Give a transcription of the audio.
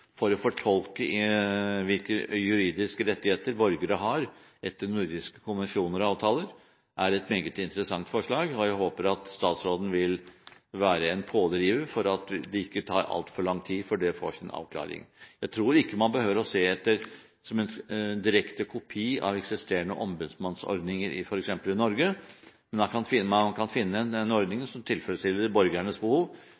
for å fortolke hvilke juridiske rettigheter etter nordiske konvensjoner og avtaler borgere har, er meget interessant. Jeg håper at statsråden vil være en pådriver for at det ikke tar altfor lang tid før dette får sin avklaring. Jeg tror ikke man behøver å se etter en direkte kopi av eksisterende ombudsmannsordninger i f.eks. Norge, men man kan